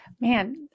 Man